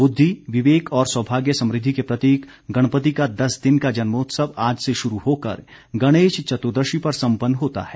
बुद्वि विवेक और सौभाग्य समृद्वि के प्रतीक गणपति का दस दिन का जन्मोत्सव आज से शुरु होकर गणेश चतुर्दशी पर सम्पन्न होता है